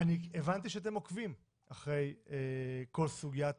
אני הבנתי שאתם עוקבים אחרי כל סוגיית